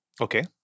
Okay